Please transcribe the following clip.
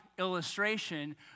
illustration